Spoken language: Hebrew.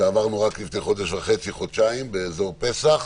שעברנו רק לפני חודש וחצי-חודשיים, באזור פסח,